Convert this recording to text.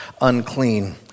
unclean